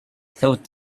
thought